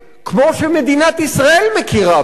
כמו שמדינת ישראל מכירה בו,